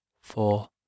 four